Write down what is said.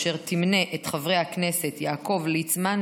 אשר תמנה את חברי הכנסת יעקב ליצמן,